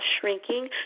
shrinking